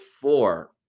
four